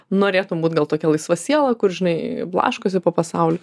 norėtum būt gal tokia laisva siela kur žinai blaškosi po pasaulį